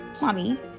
Mommy